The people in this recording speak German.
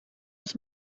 aus